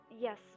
Yes